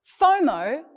FOMO